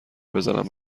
بزنم